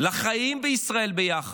לחיים בישראל ביחד,